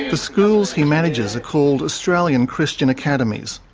ah schools he manages are called australia and christian academies.